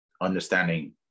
Understanding